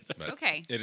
Okay